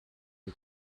wir